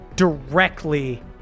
Directly